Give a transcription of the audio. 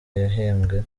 yahembwe